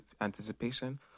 anticipation